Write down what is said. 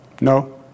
No